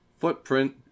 Footprint